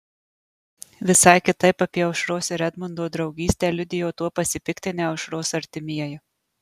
visai kitaip apie aušros ir edmundo draugystę liudijo tuo pasipiktinę aušros artimieji